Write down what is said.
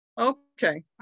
Okay